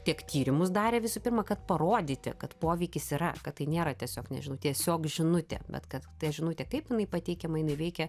tiek tyrimus darė visų pirma kad parodyti kad poveikis yra kad tai nėra tiesiog nežinau tiesiog žinutė bet kad ta žinutė kaip jinai pateikiama jinai veikia